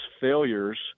failures